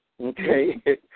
okay